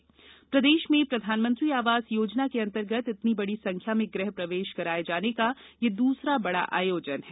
मध्यप्रदेश में प्रधानमंत्री आवास योजनांतर्गत इतनी बडी संख्या में गृह प्रवेश कराये जाने का यह दूसरा बड़ा आयोजन है